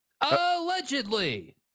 allegedly